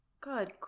good